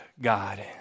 God